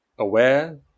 aware